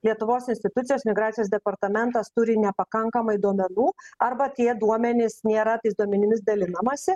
lietuvos institucijos migracijos departamentas turi nepakankamai duomenų arba tie duomenys nėra tais duomenimis dalinamasi